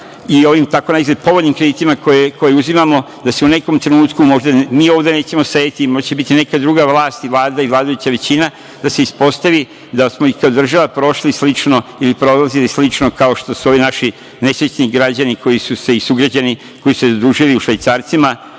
i ovim tako naizgled povoljnim kreditima koje uzimamo, da se u nekom trenutku, možda mi ovde nećemo sedeti, možda će neka druga vlast i vladajuća većina, da se ispostavi da smo kao država prošli slično ili prolazili slično kao što su ovi naši nesrećni građani koji su se zadužili u švajcarcima,